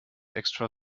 extra